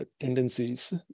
tendencies